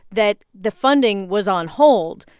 that the funding was on hold.